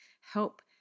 help